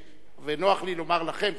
ונוח לי לומר לכם,